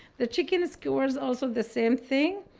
the chicken skewers, also the same thing.